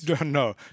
No